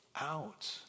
out